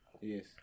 Yes